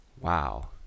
Wow